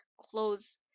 close